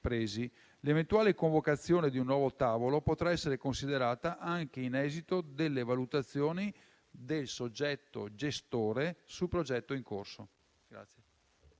L'eventuale convocazione di un nuovo tavolo potrà essere considerata anche in esito alle valutazioni del soggetto gestore sul progetto in corso.